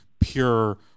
pure